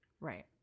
Right